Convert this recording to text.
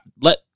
let